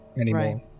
anymore